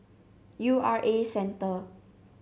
U R A Centre